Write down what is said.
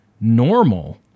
normal